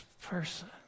Person